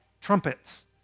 trumpets